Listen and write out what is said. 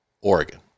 Oregon